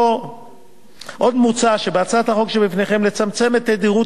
עוד מוצע בהצעת החוק שבפניכם לצמצם את תדירות